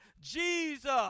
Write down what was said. Jesus